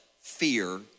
fear